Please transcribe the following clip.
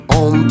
on